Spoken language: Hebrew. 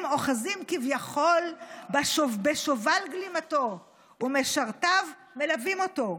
אוחזים כביכול בשובל גלימתו ומשרתיו מלווים אותו.